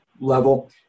level –